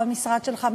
במשרד שלך,